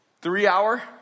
three-hour